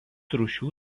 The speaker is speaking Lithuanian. rūšių